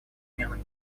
мирным